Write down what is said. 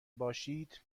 باشید